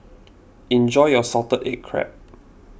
enjoy your Salted Egg Crab